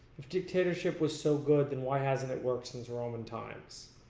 if dictatorship was so good then why hasnt it worked since roman times?